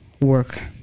work